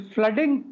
Flooding